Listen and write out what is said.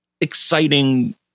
exciting